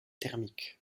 thermiques